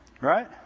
Right